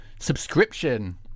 subscription